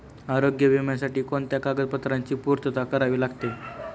आरोग्य विम्यासाठी कोणत्या कागदपत्रांची पूर्तता करावी लागते?